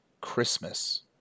Christmas